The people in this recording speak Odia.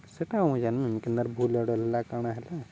ସେଇଟା ମୁଇଁ ଜାନିନି କେନ୍ତାର୍ ବୁଲେଟ୍ ହେଲା କାଣା ହେଲା